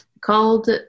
Called